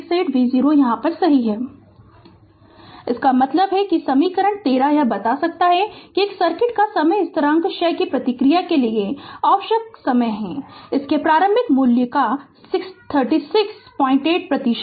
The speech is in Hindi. Refer Slide Time 1307 इसका मतलब है कि समीकरण 13 यह बता सकता है कि एक सर्किट का समय स्थिरांक क्षय की प्रतिक्रिया के लिए आवश्यक समय है इसके प्रारंभिक मूल्य का 368 प्रतिशत